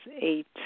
eight